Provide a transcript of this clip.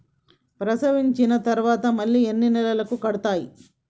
ప్రసవించిన తర్వాత మళ్ళీ ఎన్ని నెలలకు కడతాయి?